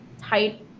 tight